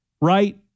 right